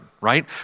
right